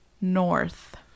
north